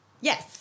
Yes